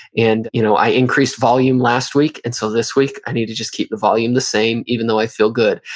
and you know i increased volume last week and so this week, i need to just keep the volume the same even though i feel good.